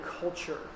culture